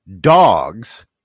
dogs